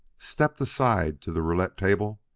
stepped aside to the roulette-table,